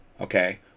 okay